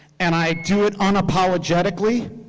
and i do it unapologetically.